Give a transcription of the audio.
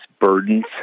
burdens